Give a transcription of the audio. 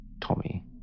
Tommy